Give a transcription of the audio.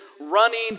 running